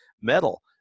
metal